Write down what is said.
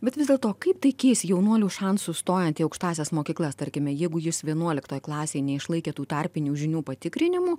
bet vis dėlto kaip tai keis jaunuolių šansus stojant į aukštąsias mokyklas tarkime jeigu jis vienuoliktoj klasėj neišlaikė tų tarpinių žinių patikrinimų